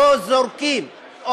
או זורקים,